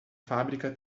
fábrica